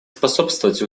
способствовать